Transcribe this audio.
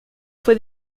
fue